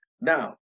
Now